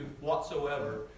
whatsoever